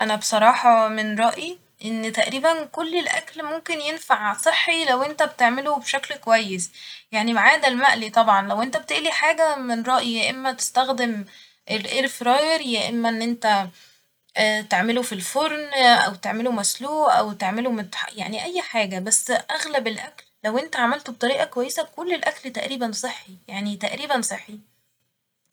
انا بصراحة من رأيي إن تقريبا كل الاكل ممكن ينفع صحي لو انت بتعمله بشكل كويس ، يعني ما عدا المقلي طبعا ، لو انت بتقلي حاجة من رأيي يا أما تستخدم الاير فراير يا اما ان انت تعمله في الفرن او تعمله مسلوق او تعمله متح- يعني اي حاجة ، بس اغلب الاكل لو انت عملته بطريقة كويسة كل الاكل تقريبا صحي يعني تقريبا صحي